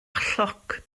chloc